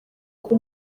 kuba